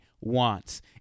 wants